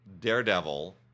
Daredevil